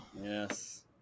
Yes